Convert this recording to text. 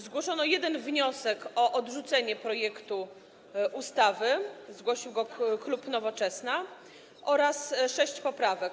Zgłoszono jeden wniosek o odrzucenie projektu ustawy - zgłosił go klub Nowoczesna - oraz sześć poprawek.